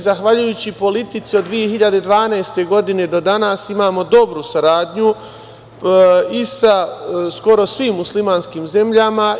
Zahvaljujući politici od 2012. godine do danas, imamo dobru saradnju sa skoro svim muslimanskim zemljama.